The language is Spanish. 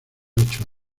ocho